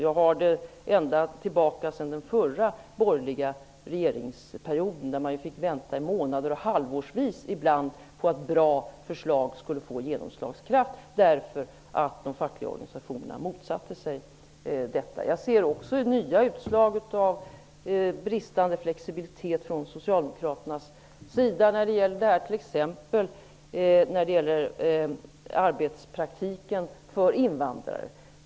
Jag minns att under den förra borgerliga regeringsperioden fick vi vänta månader och ibland halvårsvis på att bra förslag skulle slå igenom eftersom de fackliga organisationerna motsatte sig förslagen. Jag ser också nya inslag av bristande flexibilitet från Socialdemokraternas sida när det gäller arbetspraktiken för invandrare.